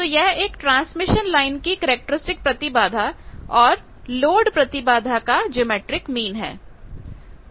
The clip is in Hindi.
तो यह एक ट्रांसमिशन लाइन की कैरेक्टरिस्टिक प्रतिबाधा और लोड प्रतिबाधा का ज्योमैट्रिक मीन है